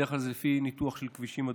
בדרך כלל זה לפי ניתוח של כבישים אדומים,